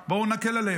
בואו נקל עליהם,